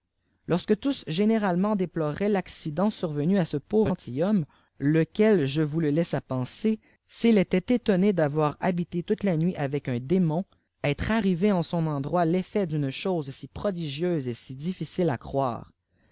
lors tous généralement déploraient l'accident survenu à ce pauvre gentilhomme lequel je vous le laisse à penser s'il était étonné d'avoir habité toute la nuit avec un démon être arrivé en son endroit teffet d'une chose si prodigieuse et si difficile à croire